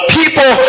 people